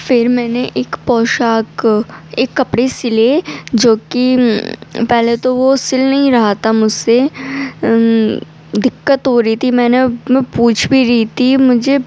پھر میں نے ایک پوشاک ایک کپڑے سلے جو کہ پہلے تو وہ سل نہیں رہا تھا مجھ سے دقّت ہو رہی تھی میں نے میں پوچھ بھی رہی تھی مجھے